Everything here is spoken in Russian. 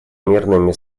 мирными